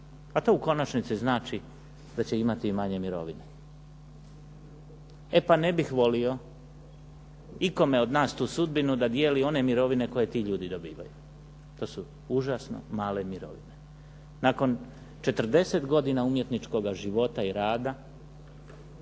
A to u konačnici znači da će imati i manje mirovine. E pa ne bih volio ikome od nas tu sudbinu da dijeli one mirovine koje ti ljudi dobivaju. To su užasno male mirovine. Nakon 40 godina umjetničkoga života i rada,